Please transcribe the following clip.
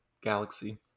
galaxy